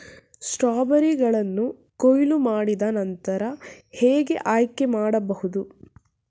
ಸ್ಟ್ರಾಬೆರಿಗಳನ್ನು ಕೊಯ್ಲು ಮಾಡಿದ ನಂತರ ಹೇಗೆ ಆಯ್ಕೆ ಮಾಡಬಹುದು?